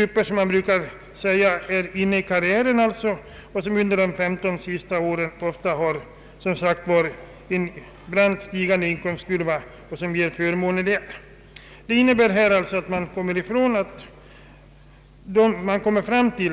Det senare gäller grupper som är inne i ”karriären” och därför ofta under de 15 sista åren har brant stigande inkomster. Vi kommer alltså fram till